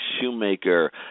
Shoemaker